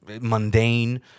mundane